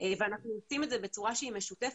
ואנחנו עושים את זה בצורה שהיא משותפת.